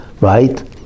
Right